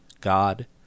God